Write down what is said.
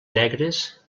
negres